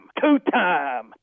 two-time